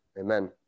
Amen